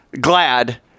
glad